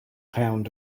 pound